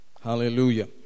Hallelujah